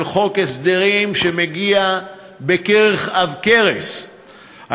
של חוק הסדרים שמגיע בכרך עב כרס,